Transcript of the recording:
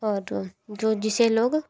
और जो जिसे लोग